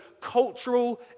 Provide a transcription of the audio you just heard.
cultural